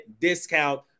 discount